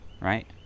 right